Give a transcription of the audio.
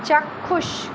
চাক্ষুষ